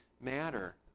matter